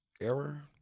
Error